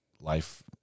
life